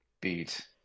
beat